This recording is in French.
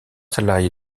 salariés